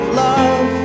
love